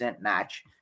match